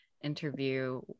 interview